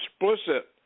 explicit